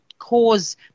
cause